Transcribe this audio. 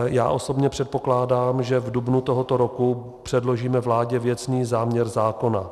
Já osobně předpokládám, že v dubnu tohoto roku předložíme vládě věcný záměr zákona.